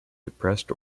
depressed